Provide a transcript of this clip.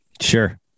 Sure